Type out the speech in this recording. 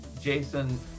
Jason